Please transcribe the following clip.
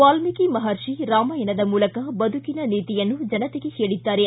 ವಾಲ್ಮಿಕಿ ಮಹರ್ಷಿ ರಾಮಾಯಣದ ಮೂಲಕ ಬದುಕಿನ ನೀತಿಯನ್ನು ಜನತೆಗೆ ಹೇಳಿದ್ದಾರೆ